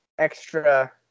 extra